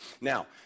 Now